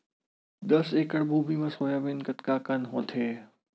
दस एकड़ भुमि म सोयाबीन कतका कन होथे?